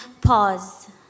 Pause